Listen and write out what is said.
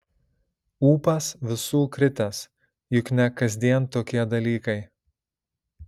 ūpas visų kritęs juk ne kasdien tokie dalykai